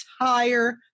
entire